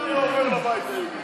אף חוק לא היה עובר בבית היהודי.